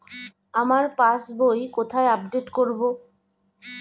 আমার passbook কোথায় update করব?